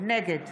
נגד